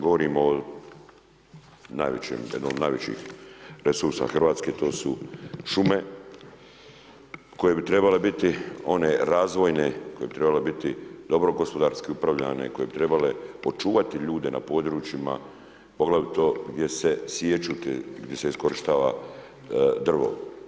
Govorim o jednom od najvećih resursa Hrvatske to su šume koje bi trebale biti one razvojne, koje bi trebale biti dobro gospodarski upravljane, koje bi trebale očuvati ljude na područjima poglavito gdje se sječu te, gdje se iskorištava drvo.